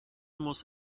muss